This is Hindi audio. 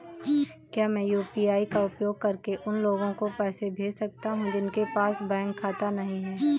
क्या मैं यू.पी.आई का उपयोग करके उन लोगों को पैसे भेज सकता हूँ जिनके पास बैंक खाता नहीं है?